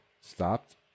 stopped